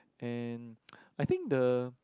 and I think the